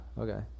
Okay